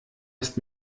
ist